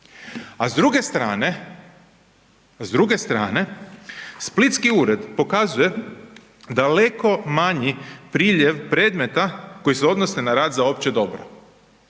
a s druge strane splitski ured pokazuje daleko manji priljev predmeta koji se odnose na rad za opće dobro.